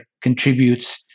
contributes